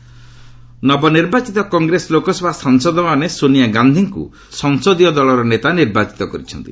Congress CPP meeting ନବ ନିର୍ବାଚିତ କଂଗ୍ରେସ ଲୋକସଭା ସାଂସଦମାନେ ସୋନିଆ ଗାନ୍ଧିଙ୍କୁ ସଂସଦୀୟ ଦଳର ନେତା ନିର୍ବାଚିତ କରିଛନ୍ତି